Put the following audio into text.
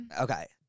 Okay